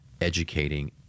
educating